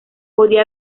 podía